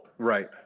Right